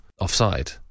offside